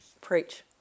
Preach